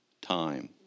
time